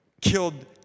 killed